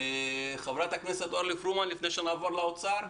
חברת הכנסת אורלי פרומן, לפני שנעבור לאוצר.